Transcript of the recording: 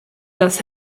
das